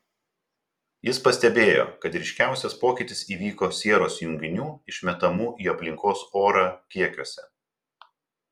jis pastebėjo kad ryškiausias pokytis įvyko sieros junginių išmetamų į aplinkos orą kiekiuose